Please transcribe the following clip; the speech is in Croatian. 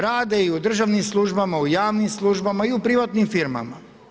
Rade i u državnim službama, u javnim službama i u privatnim firmama.